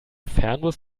fernbus